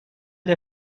der